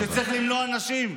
שצריך למנוע רצח נשים.